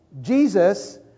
Jesus